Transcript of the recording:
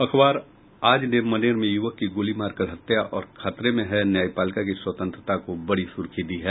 अखबार आज ने मनेर में युवक की गोली मारकर हत्या और खतरे में है न्यायपालिका की स्वतंत्रता को बड़ी सुर्खी दी है